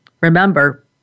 remember